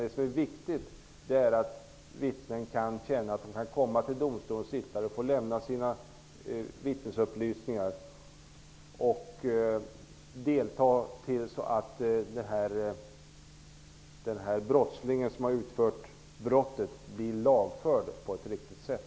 Det som är viktigt är i stället att vittnen kan känna att de kan komma till domstolen och få lämna sina vittnesupplysningar och delta, så att den brottsling som utfört brottet blir lagförd på ett riktigt sätt.